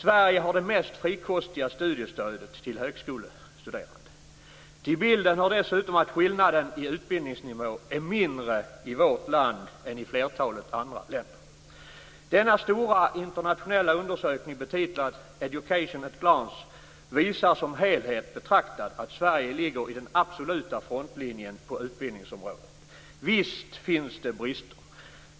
Sverige har det mest frikostiga studiestödet till högskolestuderande. Till bilden hör dessutom att skillnaden i utbildningsnivå är mindre i vårt land än i flertalet andra länder. Denna stora internationella undersökning - betitlad Education at a glance - visar som helhet betraktad att Sverige ligger i den absoluta frontlinjen på utbildningsområdet. Visst finns det brister.